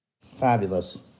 Fabulous